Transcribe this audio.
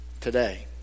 today